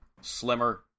slimmer